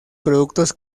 productos